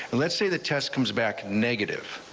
and let's say the test comes back negative.